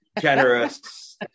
generous